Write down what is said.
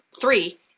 Three